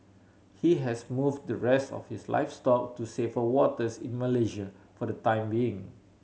he has moved the rest of his livestock to safer waters in Malaysia for the time being